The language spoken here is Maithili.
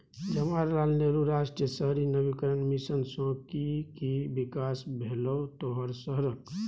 जवाहर लाल नेहरू राष्ट्रीय शहरी नवीकरण मिशन सँ कि कि बिकास भेलौ तोहर शहरक?